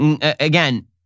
Again